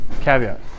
Caveat